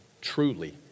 truly